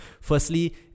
firstly